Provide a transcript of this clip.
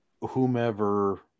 whomever